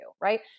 right